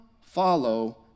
follow